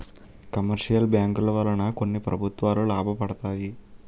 commercial బ్యాంకుల వలన కొన్ని ప్రభుత్వాలు లాభపడతాయి